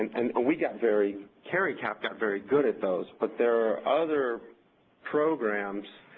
and we got very caricap got very good at those, but there are other programs,